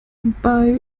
bei